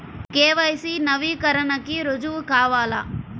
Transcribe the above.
KYC నవీకరణకి రుజువు కావాలా?